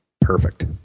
perfect